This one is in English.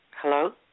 Hello